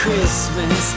Christmas